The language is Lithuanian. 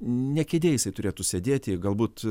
ne kėdėj jisai turėtų sėdėti galbūt